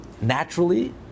Naturally